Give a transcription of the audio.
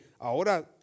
ahora